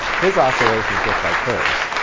his oscillations look like hers.